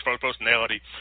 personality